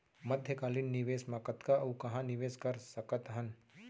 मध्यकालीन निवेश म कतना अऊ कहाँ निवेश कर सकत हन?